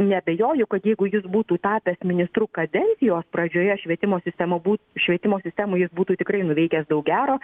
neabejoju kad jeigu jis būtų tapęs ministru kadencijos pradžioje švietimo sistema bū švietimo sistemoj jis būtų tikrai nuveikęs daug gero